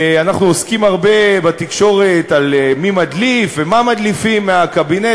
אנחנו עוסקים הרבה בתקשורת על מי מדליף ומה מדליפים מהקבינט.